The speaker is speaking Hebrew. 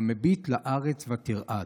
"המביט לארץ ותרעד".